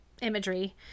imagery